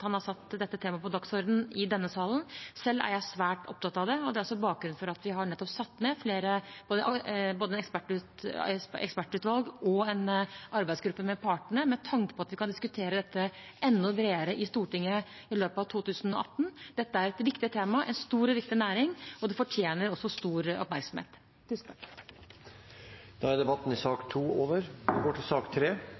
han har satt dette temaet på dagsordenen i denne salen. Selv er jeg svært opptatt av det, og det er også bakgrunnen for at vi nettopp har satt ned både et ekspertutvalg og en arbeidsgruppe med partene med tanke på at vi kan diskutere dette enda bredere i Stortinget i løpet av 2018. Dette er et viktig tema og en stor og viktig næring, og det fortjener også stor oppmerksomhet. Debatten i sak nr. 2 er